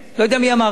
לא יודע מי אמר את זה.